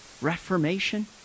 Reformation